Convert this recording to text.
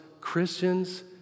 Christians